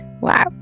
Wow